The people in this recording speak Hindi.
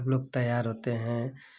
सब लोग तैयार होते हैं